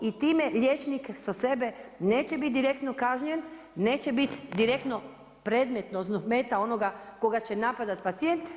I time liječnik sa sebe neće biti direktno kažnjen, neće biti direktno predmet, odnosno, meta onoga koga će napadati pacijent.